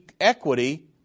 equity